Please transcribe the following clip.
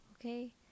okay